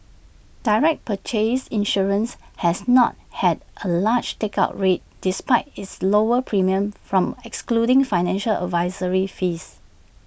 direct purchase insurance has not had A large take up rate despite its lower premiums from excluding financial advisory fees